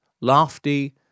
lofty